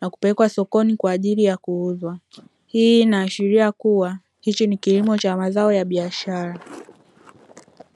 na kupelekwa sokoni kwa ajili ya kuuzwa. Hii inaashiria kuwa hichi ni kilimo cha mazao ya biashara